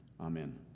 Amen